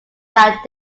that